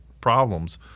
problems